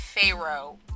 Pharaoh